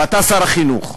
ואתה שר החינוך.